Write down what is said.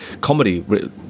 comedy